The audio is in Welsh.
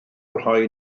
rhoi